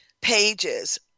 pages